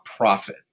Profit